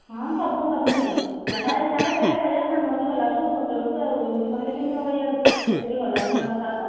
ହଁ ସବୁ ସବୁ ମିଳୁଛି ଯାହା ଇଛା ହେବ ସେଇଆ ଖାଇବା ସାଙ୍ଗ ହୋଇକି ଗଲାଠୁ ହୋଟେଲ୍କୁ ଆଉ ଏମିତି କହିଲେ କେମିତି ହେବ ଏଆଡ଼ୁ ସେଠିକି ଗଲା ପରେ ସିନା କଥାବାର୍ତ୍ତା